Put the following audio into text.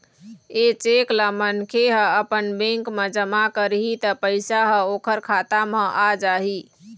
ए cheque ल मनखे ह अपन बेंक म जमा करही त पइसा ह ओखर खाता म आ जाही